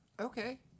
Okay